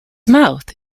mouth